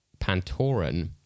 Pantoran